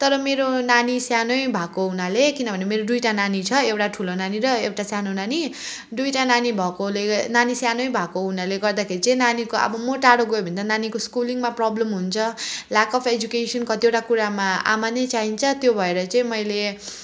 तर मेरो नानी सानै भएको हुनाले किनभने मेरो दुईवटा नानी छ एउटा ठुलो नानी र एउटा सानो नानी दुईवटा नानी भएकोले नानी सानै भएको हुनाले गर्दाखेरि चाहिँ नानीको अब म टाढो गएँ भने त नानीको स्कुलिङमा प्रब्लम हुन्छ ल्याक अफ् एजुकेसन कतिवटा कुरामा आमा नै चाहिन्छ त्यो भएर चाहिँ मैले